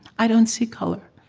i don't see color.